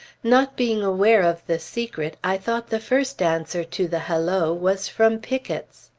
not being aware of the secret, i thought the first answer to the halloo was from pickets.